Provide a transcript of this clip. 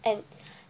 and